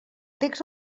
text